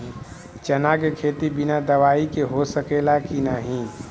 चना के खेती बिना दवाई के हो सकेला की नाही?